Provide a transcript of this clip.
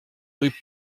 rue